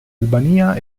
albania